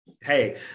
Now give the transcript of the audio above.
hey